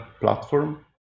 platform